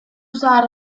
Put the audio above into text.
zahar